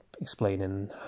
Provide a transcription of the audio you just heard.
explaining